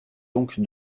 donc